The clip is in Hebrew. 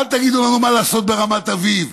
אל תגידו לנו מה לעשות ברמת אביב?